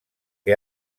que